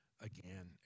again